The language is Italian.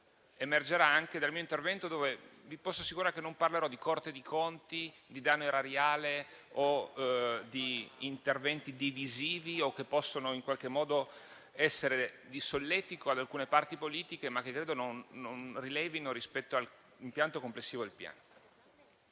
emergerà anche dal mio intervento, nel quale vi posso assicurare che non parlerò di Corte dei conti, di danno erariale o di interventi divisivi o che possano in qualche modo essere di solletico ad alcune parti politiche, ma che credo non rilevino rispetto all'impianto complessivo del Piano.